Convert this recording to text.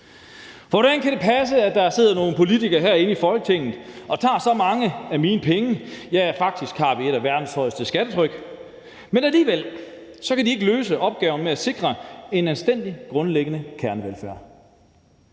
Hvordan kan det passe, at der sidder nogle politikere herinde i Folketinget og tager så mange af mine penge? Faktisk har vi et af verdens højeste skattetryk, men alligevel kan de ikke løse opgaven med at sikre en anstændig grundlæggende kernevelfærd.